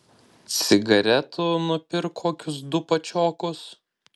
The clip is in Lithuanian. cigaretų nupirk kokius du pačiokus